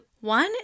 one